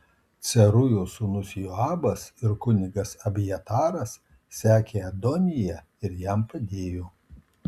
cerujos sūnus joabas ir kunigas abjataras sekė adoniją ir jam padėjo